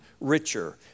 richer